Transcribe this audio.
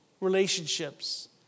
relationships